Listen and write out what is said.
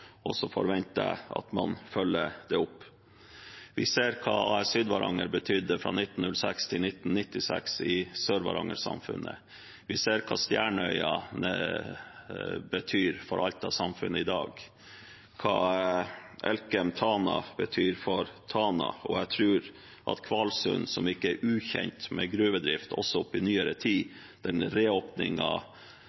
og så forventer jeg at man følger det opp. Vi ser hva Sydvaranger betydde fra 1906 til 1996 for Sør-Varanger-samfunnet. Vi ser hva Stjerneøya betyr for Alta-samfunnet i dag, hva Elkem Tana betyr for Tana. Når det gjelder den reåpningen vi snakker om her, er ikke Kvalsund ukjent med gruvedrift i nyere tid.